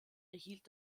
erhielt